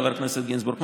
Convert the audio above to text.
חבר הכנסת גינזבורג,